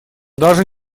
даже